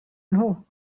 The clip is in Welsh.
nhw